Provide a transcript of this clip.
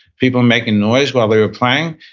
people making noise while they were playing,